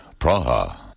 Praha